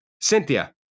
Cynthia